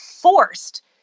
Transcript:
forced